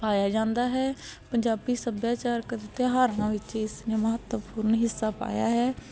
ਪਾਇਆ ਜਾਂਦਾ ਹੈ ਪੰਜਾਬੀ ਸੱਭਿਆਚਾਰ ਕਦੇ ਤਿਉਹਾਰਾਂ ਵਿੱਚ ਇਸ ਨੇ ਮਹੱਤਵਪੂਰਨ ਹਿੱਸਾ ਪਾਇਆ ਹੈ